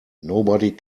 nobody